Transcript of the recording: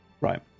right